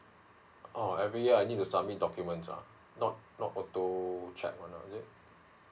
oh every year I need to submit documents ah not not auto check one ah isn't it